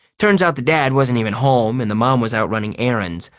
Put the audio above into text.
turns out the dad wasn't even home and the mom was out running errands.